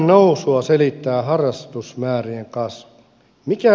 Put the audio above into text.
hinnannousua selittää harrastusmäärien kasvu